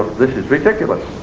this is ridiculous,